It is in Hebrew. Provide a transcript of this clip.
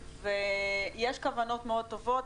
ויש כוונות מאוד טובות,